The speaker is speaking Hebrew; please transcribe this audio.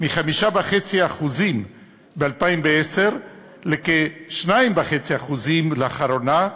מ-5.5% ב-2010 לכ-2.5% לאחרונה,